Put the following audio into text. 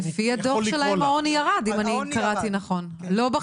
לפי הדוח שלהם העוני ירד, אם קראתי נכון.